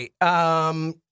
right